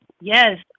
Yes